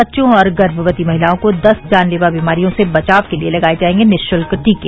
बच्चों और गर्मवती महिलाओं को दस जानलेवा बीमारियों से बचाव के लिए लगाए जायेंगे निशुल्क टीके